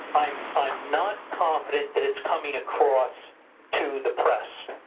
i'm not confident that it's coming across to the press.